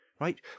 right